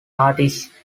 artist